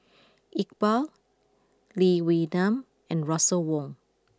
Iqbal Lee Wee Nam and Russel Wong